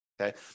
Okay